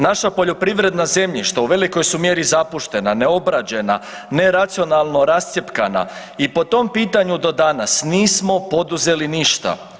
Naša poljoprivredna zemljišta u velikoj su mjeri zapuštena, neobrađena, neracionalnog rascjepkana i po tom pitanju do danas nismo poduzeli ništa.